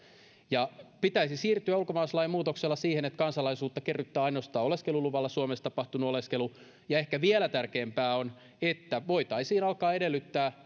pitäisi siirtyä ulkomaalaislain muutoksella siihen että kansalaisuutta kerryttää ainoastaan oleskeluluvalla suomessa tapahtunut oleskelu ja ehkä vielä tärkeämpää on että voitaisiin alkaa edellyttää